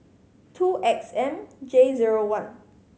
two X M J zero one